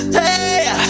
hey